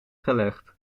gelegd